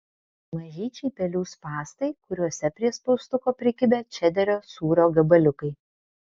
mažyčiai pelių spąstai kuriuose prie spaustuko prikibę čederio sūrio gabaliukai